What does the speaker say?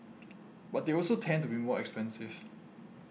but they also tend to be more expensive